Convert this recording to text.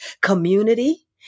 community